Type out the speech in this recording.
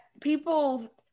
people